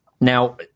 now